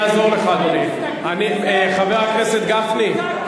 חבר הכנסת גפני.